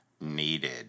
needed